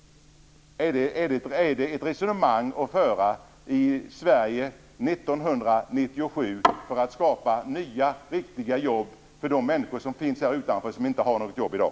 Är det ett resonemang att föra i Sverige 1997 för att skapa nya riktiga jobb för de människor som finns här utanför och inte har några jobb i dag?